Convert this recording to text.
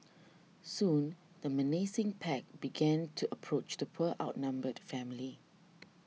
soon the menacing pack began to approach the poor outnumbered family